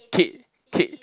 kid kid